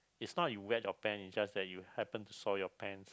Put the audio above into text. it's not you wet your pant it just that you happen to soil your pants